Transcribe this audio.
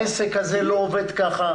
העסק לא עובד כך.